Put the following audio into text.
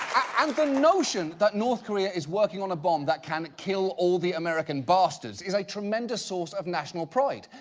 and the notion that north korea is working on a bomb that can, kill all the american bastards, is a tremendous source of national pride,